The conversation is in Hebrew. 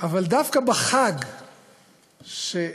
אבל דווקא בחג שאין,